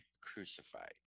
crucified